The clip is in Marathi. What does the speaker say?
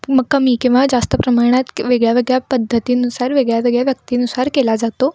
मग कमी किंवा जास्त प्रमाणात वेगळ्या वेगळ्या पद्धतीनुसार वेगळ्या वेगळ्या व्यक्तीनुसार केला जातो